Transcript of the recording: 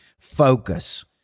focus